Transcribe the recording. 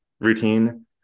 routine